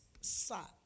sad